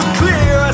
clear